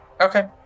okay